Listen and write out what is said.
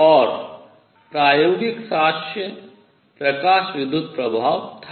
और प्रायोगिक साक्ष्य प्रकाश विद्युत् प्रभाव था